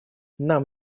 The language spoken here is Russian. нам